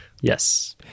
Yes